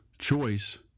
Choice